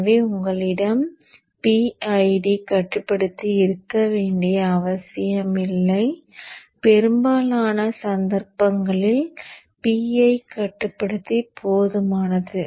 எனவே உங்களிடம் PID கட்டுப்படுத்தி இருக்க வேண்டிய அவசியமில்லை பெரும்பாலான சந்தர்ப்பங்களில் PI கட்டுப்படுத்தி போதுமானது